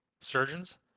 surgeons